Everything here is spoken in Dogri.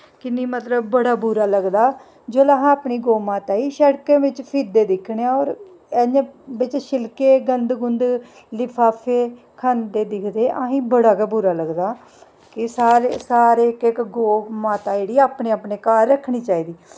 कि'न्नी मतलब बड़ा बुरा लगदा जेल्लै अस अपनी गौऽ माता ई शड़कै बिच फिरदे दिक्खने आं होर बिच छिलके गंद गुंद लिफाफे खंदे दिक्खदे असें ई बड़ा गै बुरा लगदा कि सारे इक इक गौऽ माता जेह्ड़ी अपने अपने घर रक्खनी चाहिदी